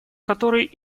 которые